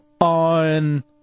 On